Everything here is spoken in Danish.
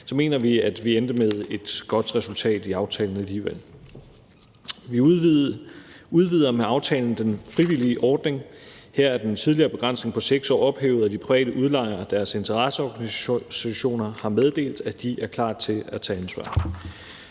mener vi, at vi endte med et godt resultat i aftalen alligevel. Vi udvider med aftalen den frivillige ordning; her er den tidligere begrænsning på 6 år ophævet, og de private udlejere og deres interesseorganisationer har meddelt, at de er klar til at tage ansvar.